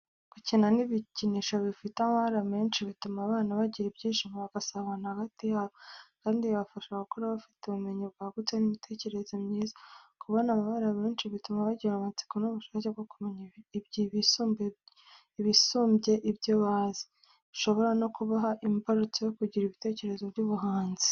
Gukina n'ibikinisho bifite amabara menshi bituma abana bagira ibyishimo, bagasabana hagati yabo, kandi bikabafasha gukura bafite ubumenyi bwagutse, n'imitekerereze myiza. Kubona amabara menshi, bituma bagira amatsiko n'ubushake bwo kumenya ibisumbye ibyo bazi, bishobora no kuba imbarutso yo kugira ibitekerezo by'ubuhanzi.